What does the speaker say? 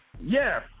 Yes